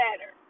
better